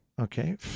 Okay